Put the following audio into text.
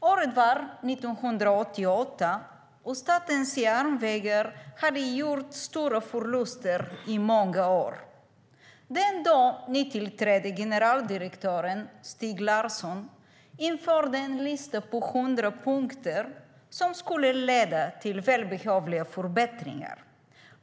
Året var 1988, och Statens Järnvägar hade gjort stora förluster i många år. Den då nytillträdde generaldirektören Stig Larsson införde en lista på 100 punkter som skulle leda till välbehövliga förbättringar.